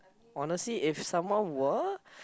honestly if someone were